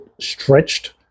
stretched